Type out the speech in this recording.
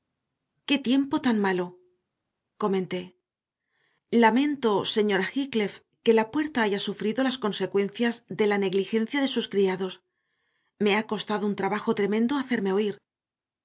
qué tiempo tan malo comenté lamento señora heathcliff que la puerta haya sufrido las consecuencias de la negligencia de sus criados me ha costado un trabajo tremendo hacerme oír